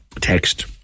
text